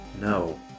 no